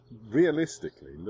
Realistically